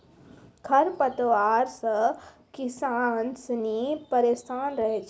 खरपतवार से किसान सनी परेशान रहै छै